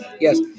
Yes